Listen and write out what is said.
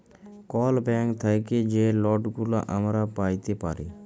call bank থ্যাইকে যে লটগুলা আমরা প্যাইতে পারি